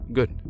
Good